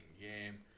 game